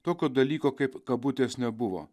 tokio dalyko kaip kabutės nebuvo